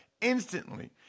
instantly